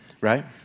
right